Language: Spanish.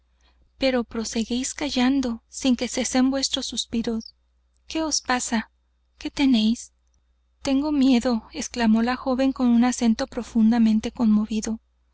pero proseguís callando sin que cesen vuestros suspiros qué os pasa qué tenéis tengo miedo exclamó la joven con un acento profundamente conmovido